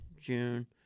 June